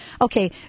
Okay